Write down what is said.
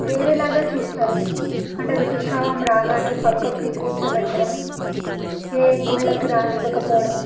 వేరేలాగా చూస్తారు అంటే ఋతుస్రావం రాగానే పక్కకి కూర్చోబెట్టడం ఏ గుళ్ళకి రాని ఇవ్వకపోవడం